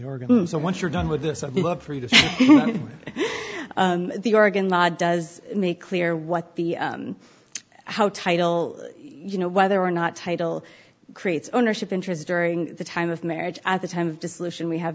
oregon so once you're done with this our book for you to the oregon law does make clear what the how title you know whether or not title creates ownership interest during the time of marriage at the time of dissolution we have